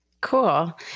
Cool